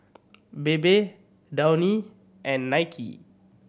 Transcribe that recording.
Bebe Downy and Nike